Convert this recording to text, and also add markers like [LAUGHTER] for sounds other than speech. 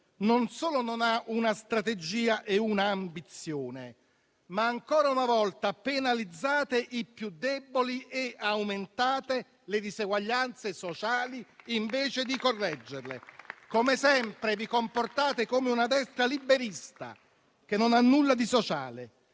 non solo non ha una strategia e un'ambizione, ma ancora una volta penalizza i più deboli e aumenta le diseguaglianze sociali, invece di correggerle. [APPLAUSE] Come sempre vi comportate come una destra liberista, che non ha nulla di sociale.